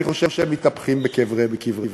אני חושב, מתהפכים בקבריהם.